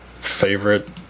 favorite